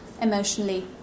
emotionally